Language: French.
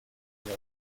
elle